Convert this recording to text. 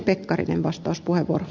arvoisa puhemies